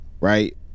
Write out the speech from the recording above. right